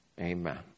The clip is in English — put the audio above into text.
amen